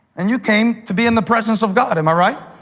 and you came to be in the presence of god. am i right?